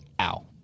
Ow